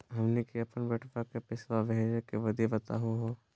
हमनी के अपन बेटवा क पैसवा भेजै के विधि बताहु हो?